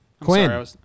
Quinn